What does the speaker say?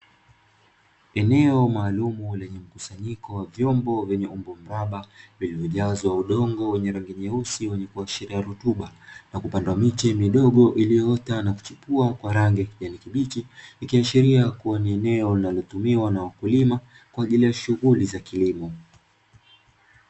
Eneo maalumu lenye mkusanyiko wa vyombo vyenye umbo mraba vilivyojazwa udongo wenye rangi nyeusi wenye kuashiria rutuba na kupanda miche midogo iliyoota na kuchipua kwa rangi ya kijani kibichi, ikiashiria kuwa ni eneo linalotumiwa na wakulima kwa ajili ya shughuli za kilimo.